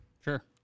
Sure